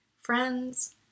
Friends